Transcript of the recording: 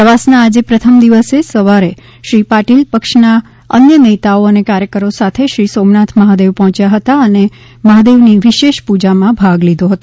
પ્રવાસના આજે પ્રથમ દિવસે સવારે શ્રી પાટિલ પક્ષના અન્ય નેતાઓ અને કાર્યકરો સાથે શ્રી સોમનાથ મહાદેવ પહોંચ્યા હતા અને સોમનાથ મહાદેવની વિશેષ પ્રજામાં ભાગ લીધો હતો